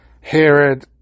Herod